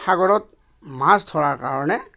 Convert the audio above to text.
সাগৰত মাছ ধৰাৰ কাৰণে